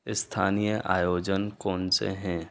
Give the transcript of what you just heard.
स्थानीय आयोजन कौनसे हैं